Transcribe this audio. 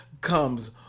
comes